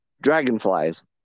Dragonflies